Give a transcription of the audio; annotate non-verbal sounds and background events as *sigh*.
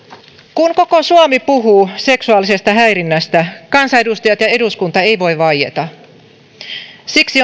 kun koko suomi puhuu seksuaalisesta häirinnästä kansanedustajat ja eduskunta eivät voi vaieta siksi *unintelligible*